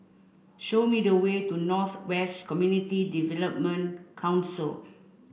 show me the way to North West Community Development Council